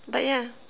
but yeah